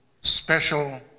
special